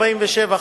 47,